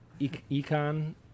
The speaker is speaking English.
econ